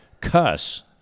cuss